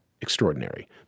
extraordinary